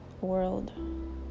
world